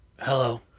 Hello